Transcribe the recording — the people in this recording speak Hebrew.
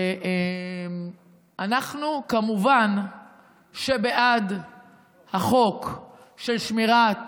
זה שאנחנו כמובן בעד החוק של שמירת